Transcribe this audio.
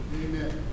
Amen